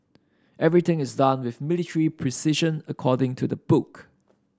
everything is done with military precision according to the book